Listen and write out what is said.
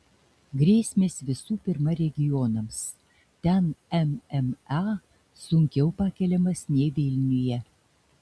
grėsmės visų pirma regionams ten mma sunkiau pakeliamas nei vilniuje